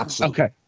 Okay